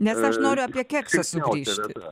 nes aš noriu apie keksą sugrįžti